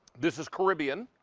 this is caribbean,